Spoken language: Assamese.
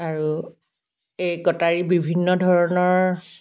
আৰু এই কটাৰী বিভিন্ন ধৰণৰ